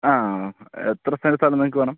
ആ എത്ര സെൻറ് സ്ഥലം നിങ്ങൾക്ക് വേണം